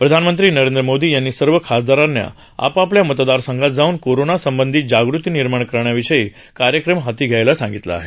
प्रधानमंत्री नरेंद्र मोदी यांनी सर्व खासदारांना आपापल्या मतदारसंघात जाऊन कोरोना संबंधी जागृती निर्माण करण्याविषयीचे कार्यक्रम हाती घ्यायला सांगितलं आहे